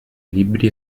libri